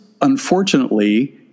unfortunately